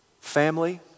Family